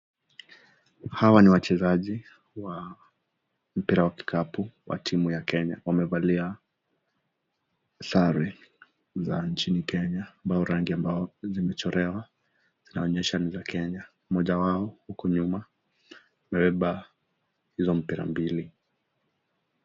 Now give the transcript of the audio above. Hawa ni wachezaji wa mpira wa kikapu wa timu ya Kenya. Wamevalia sare za nchini Kenya ambao rangi ambao zimechorewa zinaonyesha nchini Kenya .Moja wao huko nyuma amebeba hizo mpira mbili.